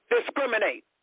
discriminate